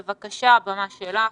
בבקשה, הבמה שלך.